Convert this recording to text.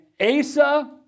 Asa